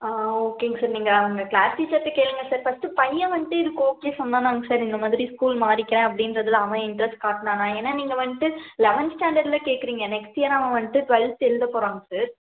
ஆ ஓகேங்க சார் நீங்கள் அவங்க க்ளாஸ் டீச்சர்கிட்டே கேளுங்க சார் ஃபஸ்ட்டு பையன் வந்துட்டு இதுக்கு ஓகே சொன்னான்னாங்க சார் இந்த மாதிரி ஸ்கூல் மாறிக்கிறேன் அப்படின்றதுல அவன் இன்ட்ரஸ்ட் காட்டினான்னா ஏன்னால் நீங்கள் வந்துட்டு லெவன்த் ஸ்டாண்டர்ட்டில் கேட்குறீங்க நெக்ஸ்ட் இயர் அவன் வந்துட்டு ட்வெல்த் எழுத போகிறாங்க சார்